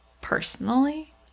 Personally